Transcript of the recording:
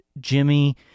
Jimmy